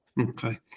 Okay